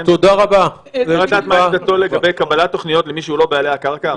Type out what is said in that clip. מה עמדתו לגבי קבלת תוכניות ממי שהוא לא בעלי הקרקע?